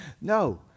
no